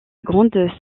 grande